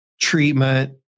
treatment